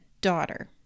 daughter